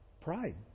Pride